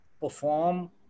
perform